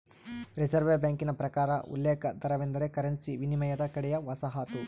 reserve ಬ್ಯಾಂಕಿನ ಪ್ರಕಾರ ಉಲ್ಲೇಖ ದರವೆಂದರೆ ಕರೆನ್ಸಿ ವಿನಿಮಯದ ಕಡೆಯ ವಸಾಹತು